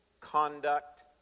Conduct